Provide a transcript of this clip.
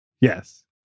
Yes